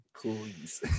please